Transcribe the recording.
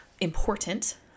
important